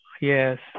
Yes